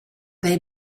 they